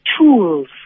tools